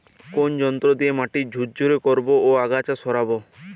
কোন যন্ত্র দিয়ে মাটি ঝুরঝুরে করব ও আগাছা সরাবো?